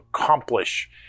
accomplish